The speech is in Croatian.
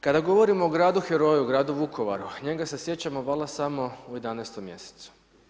Kada govorimo o gradu heroju, o gradu Vukovaru, njega se sjećamo valjda samo u 11. mjesecu.